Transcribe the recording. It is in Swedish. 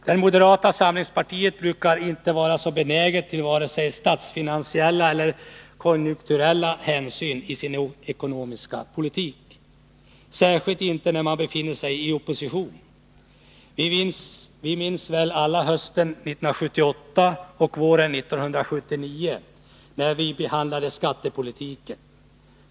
Men moderata samlingspartiet brukar inte vara så benäget att ta vare sig statsfinansiella eller konjunkturella hänsyn i sin ekonomiska politik, särskilt inte när man befinner sig i opposition. Vi minns väl alla hur det var hösten 1978 och våren 1979, när vi behandlade skattepolitiken.